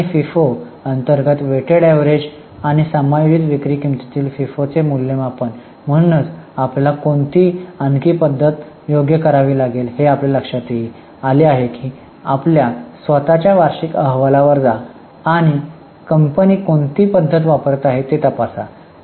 LIFO आणि FIFO अंतर्गत weighted average आणि समायोजित विक्री किंमती खालील फिफोचे मूल्यमापन म्हणूनच आपल्याला कोणती आणखी कोणती पद्धत योग्य करावी लागेल हे आपल्या लक्षात आले आहे की आपल्या स्वतःच्या वार्षिक अहवालावर जा आणि कंपनी कोणती पद्धत वापरत आहे ते तपासा